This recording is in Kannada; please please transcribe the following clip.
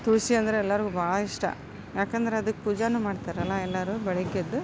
ತುಳಸಿ ಅಂದರೆ ಎಲ್ಲಾರಿಗೂ ಭಾಳ ಇಷ್ಟ ಯಾಕಂದ್ರೆ ಅದಕ್ಕೆ ಪೂಜೆನೂ ಮಾಡ್ತರಲ್ಲ ಎಲ್ಲರೂ ಬೆಳಗ್ಗೆದ್ದು